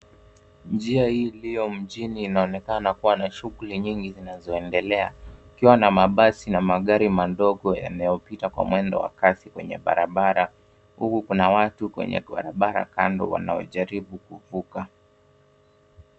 Njia iliyo mjini inaonekana kuwa na shughuli nyingi zinazoendelea, kukiwa na mabasi na magari madogo yanayopita kwa mwendo wa kasi kwenye barabara, huku kuna watu kwenye barabara kando wanaojaribu kuvuka.